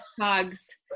hugs